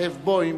זאב בוים,